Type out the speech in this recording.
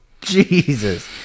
Jesus